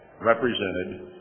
represented